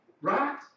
Right